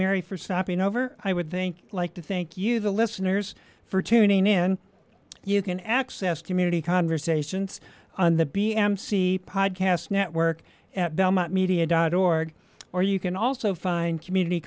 mary for stopping over i would think like to thank you the listeners for tuning in you can access community conversations on the b m c podcast network at belmont media dot org or you can also find community